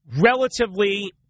relatively